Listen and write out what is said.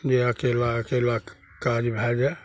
जे अकेला अकेला काज भए जाइ